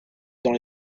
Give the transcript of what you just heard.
dans